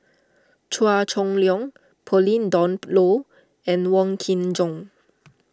Chua Chong Long Pauline Dawn Loh and Wong Kin Jong